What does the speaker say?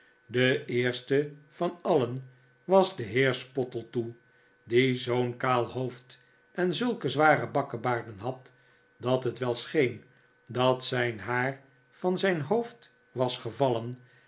de eerste van alien was de heer spottletoe die zoo'n kaal hoofd en zulke zware bakkebaarden had dat het wel scheen dat zijn haar van zijn hoofd was gevallen